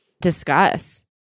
discuss